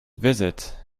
visit